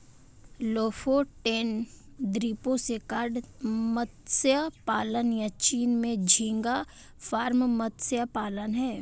Lofoten द्वीपों से cod मत्स्य पालन, या चीन में झींगा फार्म मत्स्य पालन हैं